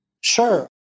Sure